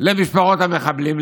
למשפחות המחבלים,